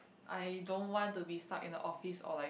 I don't want to be stuck in the office or like